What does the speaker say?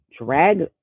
drag